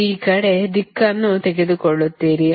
ಆದ್ದರಿಂದ ಮತ್ತು ಈ ಕಡೆ ಈ ದಿಕ್ಕನ್ನು ತೆಗೆದುಕೊಳ್ಳುತ್ತೀರಿ